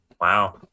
Wow